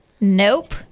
Nope